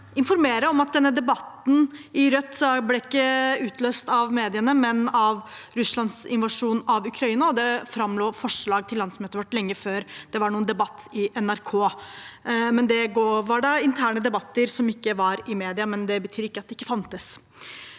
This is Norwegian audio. informere om at denne debatten i Rødt ikke ble utløst av mediene, men av Russlands invasjon av Ukraina, og det forelå forslag til landsmøtet vårt lenge før det var noen debatt i NRK. Det var da interne debatter som ikke var i mediene, men det betyr ikke at de ikke fantes.